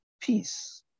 peace